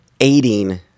aiding